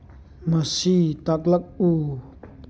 ꯃꯁꯤ ꯇꯥꯛꯂꯛꯎ